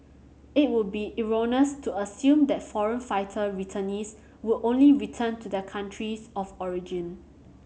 it would be erroneous to assume that foreign fighter returnees would only return to their countries of origin